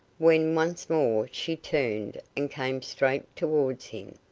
when once more she turned and came straight towards him,